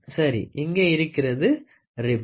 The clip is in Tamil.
சரி எங்கே இருக்கிறது ரிப்ஸ்